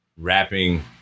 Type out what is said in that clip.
rapping